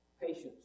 patience